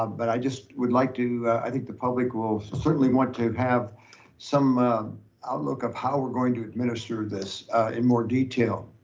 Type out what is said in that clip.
um but i just would like to, i think the public will certainly want to have some outlook of how we're going to administer this in more detail.